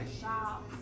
shop